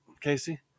casey